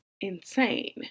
insane